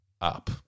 up